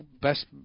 best